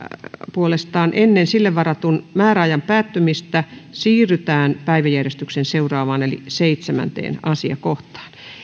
puolestaan päättyy ennen sille varatun määräajan päättymistä siirrytään päiväjärjestyksen seuraavaan eli seitsemänteen asiakohtaan